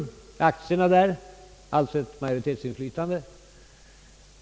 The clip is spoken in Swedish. Han har alltså ett majoritetsinflytande.